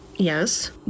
Yes